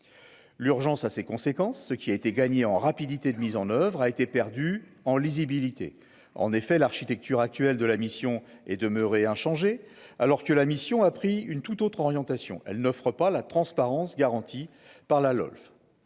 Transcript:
l'urgence, à ses conséquences, ce qui a été gagné en rapidité de mise en oeuvre a été perdu en lisibilité, en effet, l'architecture actuelle de la mission est demeuré inchangé alors que la mission a pris une tout autre orientation elle n'offre pas la transparence, garantie par la LOLF